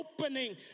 opening